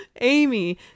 Amy